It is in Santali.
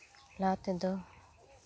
ᱞᱟᱦᱟ ᱛᱮᱫᱚ